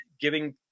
giving